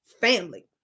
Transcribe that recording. Family